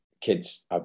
kids